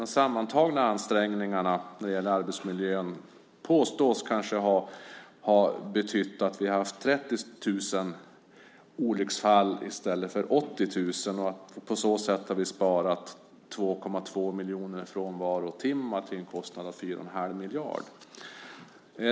De sammantagna ansträngningarna när det gäller arbetsmiljön påstås kanske ha betytt att vi har haft 30 000 olycksfall i stället för 80 000. På så sätt har vi sparat 2,2 miljoner frånvarotimmar till en kostnad av 4 1⁄2 miljard.